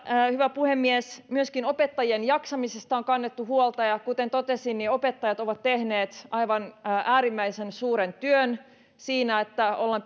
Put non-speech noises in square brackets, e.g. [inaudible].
hyvä puhemies myöskin opettajien jaksamisesta on kannettu huolta kuten totesin niin opettajat ovat tehneet aivan äärimmäisen suuren työn siinä että ollaan [unintelligible]